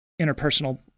interpersonal